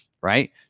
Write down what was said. right